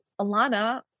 Alana